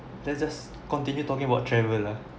let's just continue talking about travel lah